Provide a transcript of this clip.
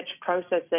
processing